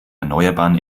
erneuerbaren